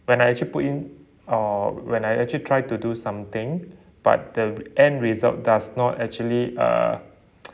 when I actually put in uh when I actually tried to do something but the end result does not actually uh